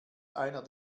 einer